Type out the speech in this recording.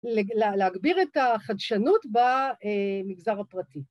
‫להגביר את החדשנות במגזר הפרטי.